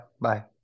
Bye